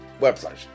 website